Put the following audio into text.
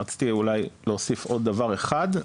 רציתי אולי להוסיף עוד דבר אחד: